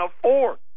afford